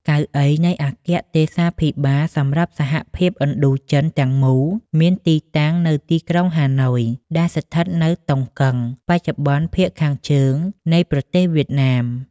កៅអីនៃអគ្គទេសាភិបាលសម្រាប់សហភាពឥណ្ឌូចិនទាំងមូលមានទីតាំងនៅទីក្រុងហាណូយ ដែលស្ថិតនៅតុងកឹង បច្ចុប្បន្នភាគខាងជើងនៃប្រទេសវៀតណាម។